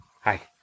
Hi